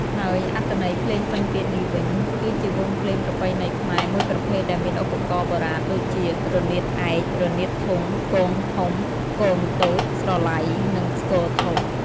ហើយអត្ថន័យភ្លេងពិណពាទ្យនេះវិញ គឺជាវង់ភ្លេងប្រពៃណីខ្មែរមួយប្រភេទដែលមានឧបករណ៍បុរាណដូចជា រនាតឯក រនាតធុង គងធំ គងតូច ស្រឡៃ និងស្គរធំ។